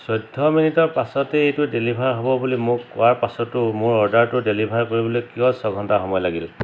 চৈধ্য মিনিটৰ পাছতে এইটো ডেলিভাৰ হ'ব বুলি মোক কোৱাৰ পাছতো মোৰ অৰ্ডাৰটো ডেলিভাৰ কৰিবলৈ কিয় ছয় ঘণ্টা সময় লাগিল